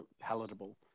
palatable